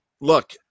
Look